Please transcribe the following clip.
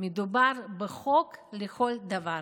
מדובר בחוק לכל דבר.